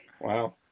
Wow